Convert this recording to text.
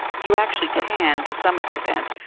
you actually can to some extent.